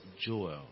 Joel